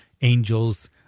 angels